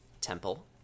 Temple